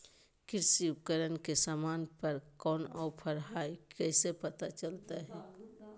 कृषि उपकरण के सामान पर का ऑफर हाय कैसे पता चलता हय?